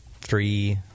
three